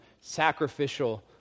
sacrificial